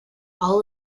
all